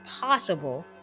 possible